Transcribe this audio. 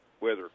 weather